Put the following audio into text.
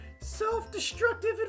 self-destructive